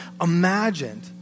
imagined